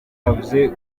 yavuze